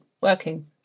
working